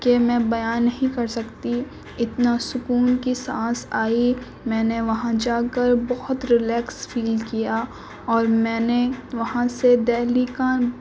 کہ میں بیاں نہیں کر سکتی اتنا سکون کی سانس آئی میں نے وہاں جا کر بہت ریلیکس فیل کیا اور میں نے وہاں سے دہلی کا